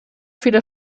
viele